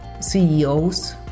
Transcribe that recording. CEOs